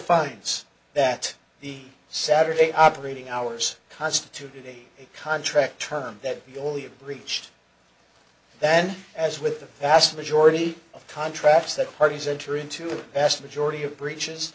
finds that the saturday operating hours constituted a contract term that you only reached then as with the vast majority of contracts that parties enter into a vast majority of breaches